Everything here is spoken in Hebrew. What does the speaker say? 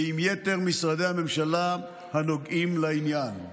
ועם יתר משרדי הממשלה הנוגעים לעניין.